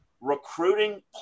Recruiting